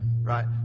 right